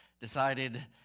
decided